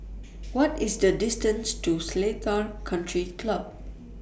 What IS The distance to Seletar Country Club